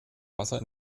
wasser